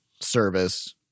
service